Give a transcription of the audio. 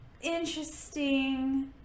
interesting